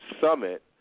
summit